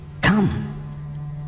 Come